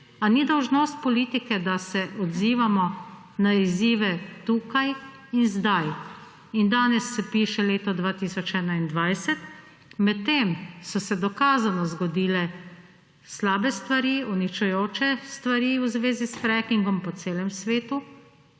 Ali ni dolžnost politike, da se odzivamo na izzive tukaj in zdaj? Danes se piše leto 2021, medtem so se dokazano zgodile slabe stvari, uničujoče stvari v zvezi s frackingom po celem svetu,